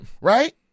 Right